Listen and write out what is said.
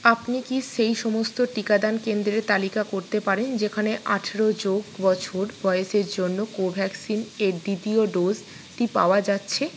আপনি কি সেই সমস্ত টিকাদান কেন্দ্রের তালিকা করতে পারেন যেখানে আঠারো যোগ বছর বয়সের জন্য কোভ্যাক্সিন এর দ্বিতীয় ডোজটি পাওয়া যাচ্ছে